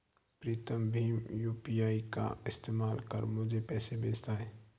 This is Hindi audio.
प्रीतम भीम यू.पी.आई का इस्तेमाल कर मुझे पैसे भेजता है